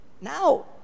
Now